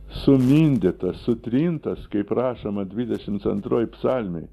sumindytas sutrintas kaip rašoma dvidešimt antroj psalmėj